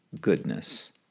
goodness